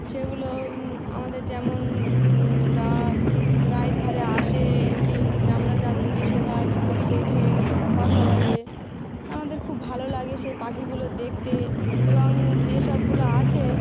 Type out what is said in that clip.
সেগুলো আমাদের যেমন গা গায়ের ধারে আসে এমনি আমরা যা বলি শেখাই তারা শেখে কথা বলে আমাদের খুব ভালো লাগে সেই পাখিগুলো দেখতে এবং যেসবগুলো আছে